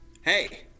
Hey